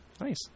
Nice